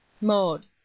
Mode